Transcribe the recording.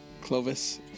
Clovis